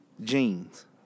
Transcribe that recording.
jeans